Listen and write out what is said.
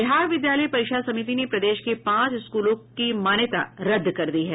बिहार विद्यालय परीक्षा समिति ने प्रदेश के पांच स्कूलों की मान्यता रद्द कर दी है